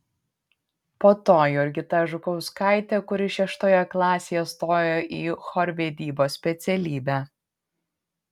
po to jurgita žukauskaitė kuri šeštoje klasėje stojo į chorvedybos specialybę